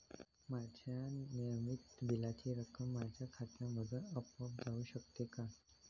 माझ्या नियमित बिलाची रक्कम माझ्या खात्यामधून आपोआप जाऊ शकते का?